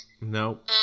Nope